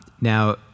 now